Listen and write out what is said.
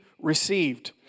received